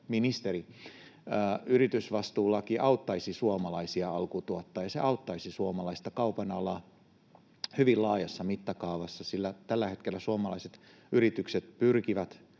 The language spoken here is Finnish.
ministeri. Yritysvastuulaki auttaisi suomalaisia alkutuottajia, se auttaisi suomalaista kaupan alaa hyvin laajassa mittakaavassa, sillä tällä hetkellä suomalaiset yritykset pyrkivät